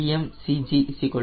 CmCG 0